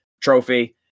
trophy